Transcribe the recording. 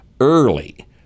early